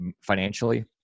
financially